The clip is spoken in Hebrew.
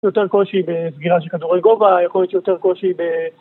יותר קושי בסגירה של כדורי גובה, יכול להיות שיותר קושי ב...